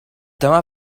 dyma